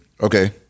Okay